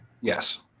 Yes